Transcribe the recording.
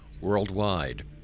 worldwide